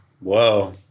Whoa